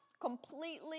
Completely